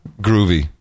groovy